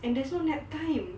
and there's no nap time